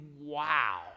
wow